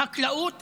חקלאות,